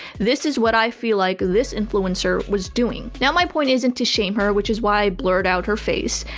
this is what i feel like this influencer was doing now now, my point isn't to shame her which is why i blurred out her face,